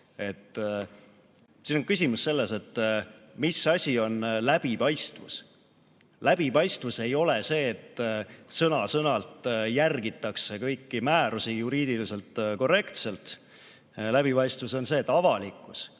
Siis on küsimus selles, et mis asi on läbipaistvus. Läbipaistvus ei ole see, et sõna-sõnalt järgitakse kõiki määrusi juriidiliselt korrektselt. Läbipaistvus on see, et avalikkus